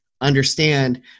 understand